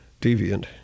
deviant